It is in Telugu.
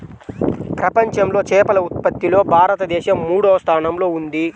ప్రపంచంలో చేపల ఉత్పత్తిలో భారతదేశం మూడవ స్థానంలో ఉంది